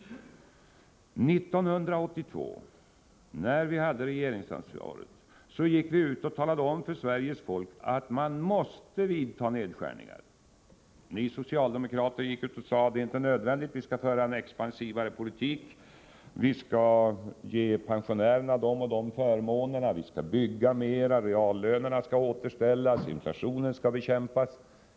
När vi år 1982 hade regeringsansvaret talade vi om för Sveriges folk att det var nödvändigt att vidta nedskärningar. Ni socialdemokrater sade att det inte var nödvändigt, utan att ni i regeringsställning skulle föra en expansivare politik och ge pensionärerna de och de förmånerna. Ni sade att byggandet skulle ökas, att reallönerna skulle återställas och inflationen bekämpas.